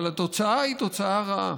אבל התוצאה היא תוצאה רעה.